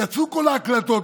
יצאו כל ההקלטות,